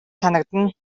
санагдана